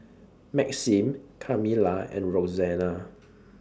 Maxim Kamilah and Roxanna